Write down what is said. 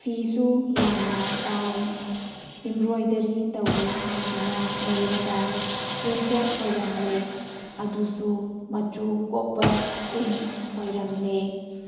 ꯐꯤꯁꯨ ꯌꯥꯝꯅ ꯄꯥꯏ ꯑꯦꯝꯕ꯭ꯔꯣꯏꯗꯔꯤ ꯇꯧꯏ ꯍꯥꯏꯗꯨꯅ ꯂꯩꯔꯒ ꯄ꯭ꯔꯤꯟꯇꯦꯠ ꯑꯣꯏꯔꯝꯂꯦ ꯑꯗꯨꯁꯨ ꯃꯆꯨ ꯀꯣꯛꯄ ꯄ꯭ꯔꯤꯟ ꯑꯣꯏꯔꯝꯂꯦ